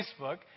Facebook